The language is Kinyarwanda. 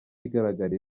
igaragara